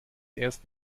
erst